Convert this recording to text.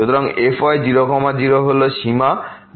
সুতরাং fy0 0 হল সীমা Δy → 0